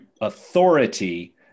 authority